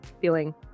feeling